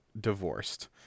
divorced